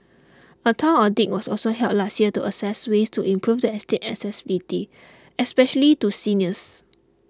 a town audit was also held last year to assess ways to improve the estate's accessibility especially to seniors